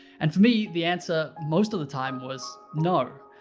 and for me, the answer, most of the time, was no.